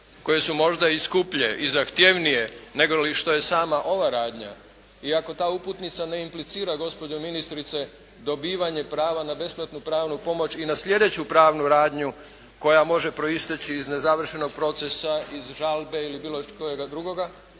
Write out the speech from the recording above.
koje su možda i skuplje i zahtjevnije negoli što je sama ova radnja. I ako ta uputnica ne implicira gospođo ministrice dobivanje prava na besplatnu pravnu pomoć i na sljedeću pravnu radnju koja može proisteći iz nezavršenog procesa, iz žalbe ili iz bilo kojega drugoga